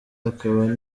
akaba